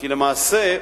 כי למעשה,